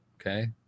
Okay